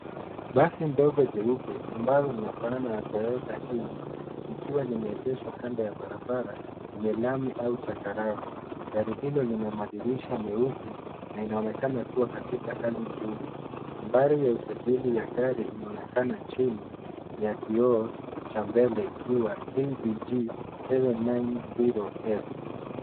Basi ndogo jeupe ambalo linafanana na Toyota inch ikiwa limeegeshwa kando ya barabara yenye lami au changarawe. Gari hilo lina madirisha meusi na inaonekana kuwa katika hali nzuri. Nambari ya usajili ya gari inaonekana chini ya kioo cha mbele ikiwa KDJ 790S.